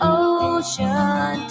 ocean